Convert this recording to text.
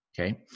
Okay